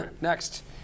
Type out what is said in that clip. Next